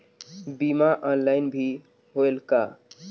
बीमा ऑनलाइन भी होयल का?